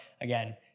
again